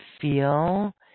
feel